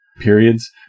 Periods